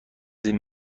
این